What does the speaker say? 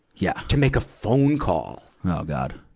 yeah to make a phone call. oh god.